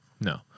no